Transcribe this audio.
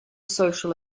social